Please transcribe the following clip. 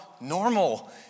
normal